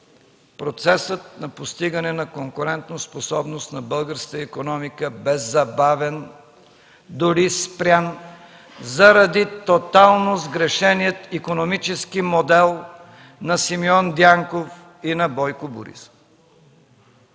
процесът на постигане на конкурентоспособност на българската икономика бе забавен, дори спрян, заради тотално сгрешения икономически модел на Симеон Дянков и на Бойко Борисов.